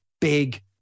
big